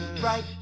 right